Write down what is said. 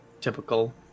typical